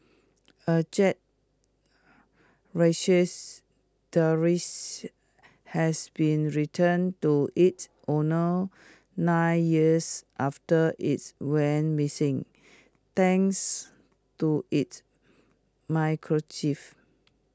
A Jack Russels terriers has been returned to its owners nine years after its went missing thanks to its microchip